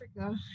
africa